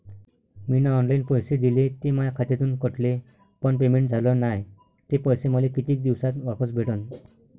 मीन online पैसे दिले, ते माया खात्यातून कटले, पण पेमेंट झाल नायं, ते पैसे मले कितीक दिवसात वापस भेटन?